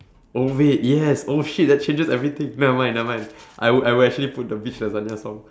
oh wait yes oh shit that changes everything never mind never mind I would I would actually put the bitch lasagna song